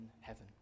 heaven